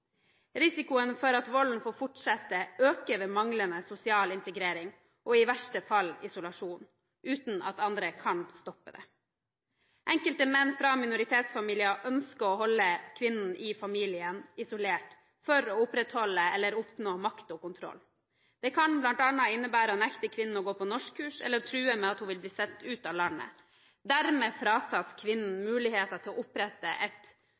Risikoen for at volden får fortsette, øker ved manglende sosial integrering og i verste fall isolasjon, uten at andre kan stoppe det. Enkelte menn fra minoritetsfamilier ønsker å holde kvinnen i familien isolert for å opprettholde eller oppnå makt og kontroll. Det kan bl.a. innebære å nekte kvinnen å gå på norskkurs, eller å true med at hun vil bli sendt ut av landet. Dermed fratas kvinnen muligheten til å opprette et